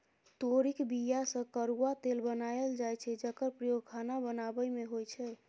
तोरीक बीया सँ करुआ तेल बनाएल जाइ छै जकर प्रयोग खाना बनाबै मे होइ छै